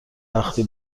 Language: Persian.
وقتی